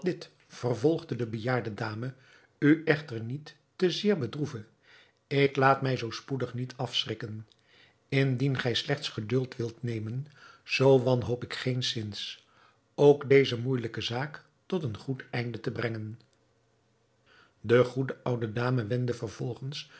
vervolgde de bejaarde dame u echter niet te zeer bedroeve ik laat mij zoo spoedig niet afschrikken indien gij slechts geduld wilt nemen zoo wanhoop ik geenzins ook deze moeijelijke zaak tot een goed einde te brengen de goede oude dame wendde vervolgens